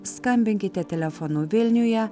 skambinkite telefonu vilniuje